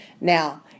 Now